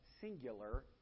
singular